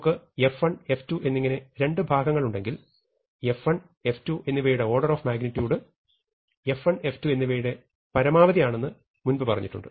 നമുക്ക് f1 f2 എന്നിങ്ങനെ രണ്ട് ഭാഗങ്ങളുണ്ടെങ്കിൽ f1 f2 എന്നിവയുടെ order of magnitude f1 f2 എന്നിവയുടേ പരമാവധി ആണെന്ന് മുൻപ് പറഞ്ഞിട്ടുണ്ട്